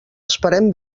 esperem